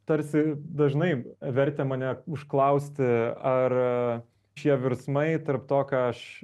tarsi dažnai vertė mane užklausti ar šie virsmai tarp to ką aš